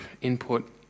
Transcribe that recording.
input